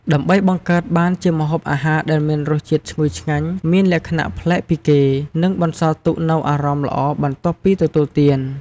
ដើម្បីបង្កើតបានជាម្ហូបអាហារដែលមានរសជាតិឈ្ងុយឆ្ងាញ់ មានលក្ខណៈប្លែកពីគេ និងបន្សល់ទុកនូវអារម្មណ៍ល្អបន្ទាប់ពីទទួលទាន។